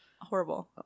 Horrible